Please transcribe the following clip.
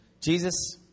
Jesus